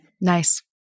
Nice